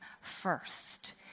first